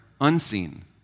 unseen